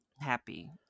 Happy